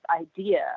idea